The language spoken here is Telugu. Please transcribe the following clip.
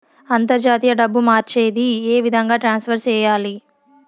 అంతర్జాతీయ డబ్బు మార్చేది? ఏ విధంగా ట్రాన్స్ఫర్ సేయాలి?